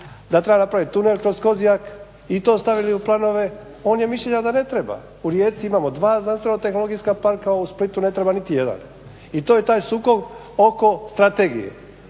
da treba napraviti tunel kod Kozjak i to stavili u planove, on je mislio da ne treba. U Rijeci imamo dva znanstvena tehnologijska parka a u Splitu ne treba niti jedan. I to je taj sukob oko strategije